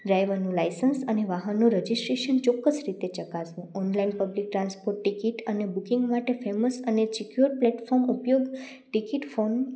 ડ્રાઇવરનું license અને વાહનો registration ચોક્કસ રીતે ચકાસો ઓનલાઇન પબ્લિક ટ્રાન્સપોર્ટ ટિકિટ અને બુકિંગ માટે ફેમસ અને ચેક યોર પ્લેટફોર્મ ઉપયોગ ટિકિટ ફોન